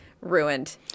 ruined